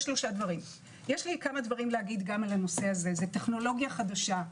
ראשית, זה טכנולוגיה חדשה.